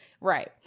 Right